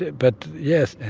but yes. and